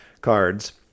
cards